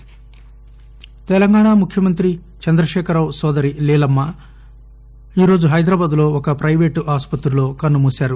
died Telangana ముఖ్యమంత్రి చంద్రశేఖర్ రావు నోదరి లీలమ్మ ఈరోజు హైదరాబాద్లో ఒక పైవేటు ఆసుపత్రిలో కన్ను మూసారు